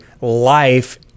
life